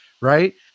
right